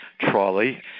trolley